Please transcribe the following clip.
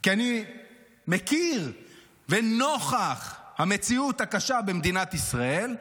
כי אני מכיר ונוכח המציאות הקשה במדינת ישראל,